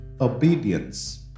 obedience